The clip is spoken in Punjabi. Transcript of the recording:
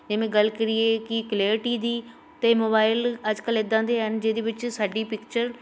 ਜਿਵੇਂ ਗੱਲ ਕਰੀਏ ਕਿ ਕਲੀਅਰਟੀ ਦੀ ਅਤੇ ਮੋਬਾਇਲ ਅੱਜ ਕੱਲ੍ਹ ਇੱਦਾਂ ਦੇ ਹਨ ਜਿਹਦੇ ਵਿੱਚ ਸਾਡੀ ਪਿਕਚਰ